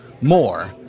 more